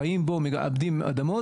חיים בו ומעבדים אדמות,